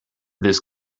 this